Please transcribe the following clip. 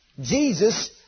Jesus